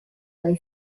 dai